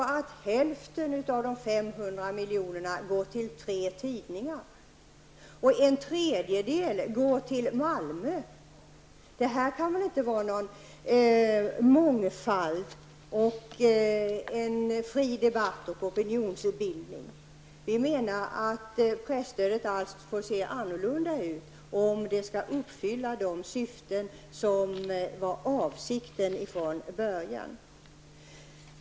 Hälften av de 500 miljonerna går till tre tidningar och en tredjedel går till Malmö. Det här är väl inte någon mångfald och en fri debatt och opinionsbildning? Vi menar att presstödet får se annorlunda ut om det skall uppfylla de mål som var avsikten från början.